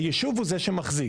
הישוב הוא זה שמחזיק.